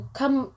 come